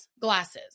glasses